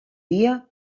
dia